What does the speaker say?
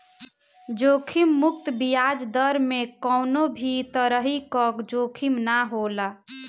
जोखिम मुक्त बियाज दर में कवनो भी तरही कअ जोखिम ना होला